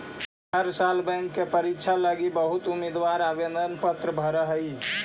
हर साल बैंक के परीक्षा लागी बहुत उम्मीदवार आवेदन पत्र भर हई